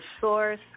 source